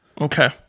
Okay